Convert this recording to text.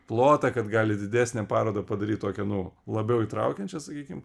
plotą kad gali didesnę parodą padaryt tokią nu labiau įtraukiančią sakykim